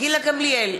גילה גמליאל,